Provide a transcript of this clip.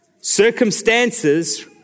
Circumstances